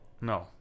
No